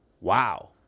wow